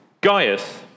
Gaius